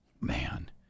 Man